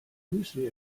müsli